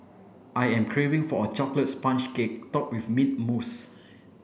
I am craving for a chocolate sponge cake topped with mint mousse